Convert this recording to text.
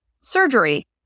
surgery